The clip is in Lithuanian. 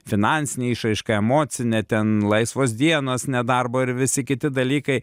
finansine išraiška emocine ten laisvos dienos nedarbo ir visi kiti dalykai